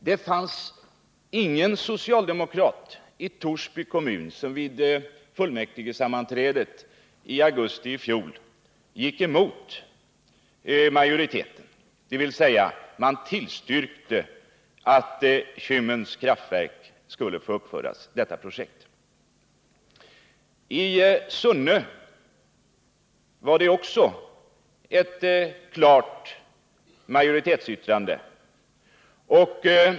Det var inte någon socialdemokrat i Torsby kommun som vid fullmäktigesammanträdet i augusti i fjol gick emot majoriteten som tillstyrkte att Kymmens kraftverk skulle få uppföras. I Sunne avgavs också ett klart majoritetsyttrande.